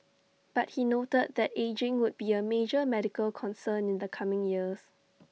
but he noted that ageing would be A major medical concern in the coming years